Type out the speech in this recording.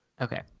Okay